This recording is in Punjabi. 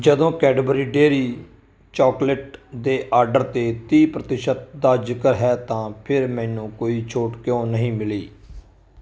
ਜਦੋਂ ਕੈਡਬਰੀ ਡੇਅਰੀ ਚਾਕਲੇਟ ਦੇ ਆਰਡਰ 'ਤੇ ਤੀਹ ਪ੍ਰਤੀਸ਼ਤ ਦਾ ਜ਼ਿਕਰ ਹੈ ਤਾਂ ਫਿਰ ਮੈਨੂੰ ਕੋਈ ਛੋਟ ਕਿਉਂ ਨਹੀਂ ਮਿਲੀ